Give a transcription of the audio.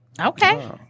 Okay